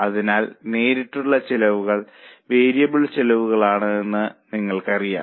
അതിനാൽ നേരിട്ടുള്ള ചെലവുകൾ വേരിയബിൾ ചെലവുകളാണെന്ന് നിങ്ങൾക്കറിയാം